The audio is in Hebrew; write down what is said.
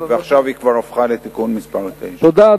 ועכשיו היא כבר הפכה לתיקון מס' 9. תודה,